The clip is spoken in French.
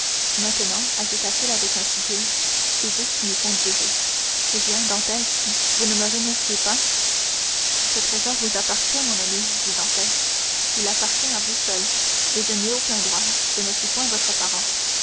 maintenant ajouta-t-il avec un soupir c'est vous qui m'y conduirez eh bien dantès vous ne me remerciez pas ce trésor vous appartient mon ami dit dantès il appartient à vous seul et je n'y ai aucun droit je ne suis point votre parent